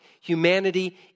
humanity